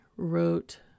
wrote